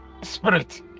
spirit